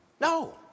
No